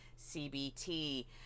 CBT